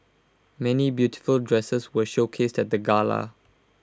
many beautiful dresses were showcased at the gala